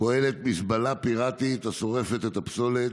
פועלת מזבלה פיראטית השורפת את הפסולת.